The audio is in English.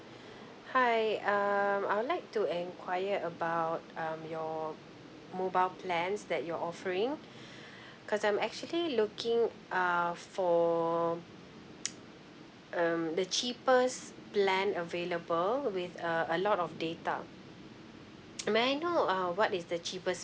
hi um I would like to enquire about um your mobile plans that you're offering because I'm actually looking uh for um the cheapest plan available with uh a lot of data may I know uh what is the cheapest